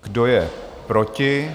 Kdo je proti?